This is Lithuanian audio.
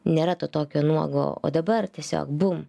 nėra to tokio nuogo o dabar tiesiog bum